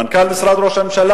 מנכ"ל משרד ראש הממשלה,